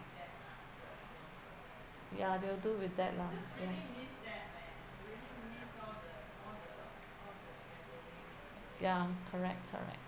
ya they will do with that lah ya ya correct correct